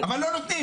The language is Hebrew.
אבל לא נותנים.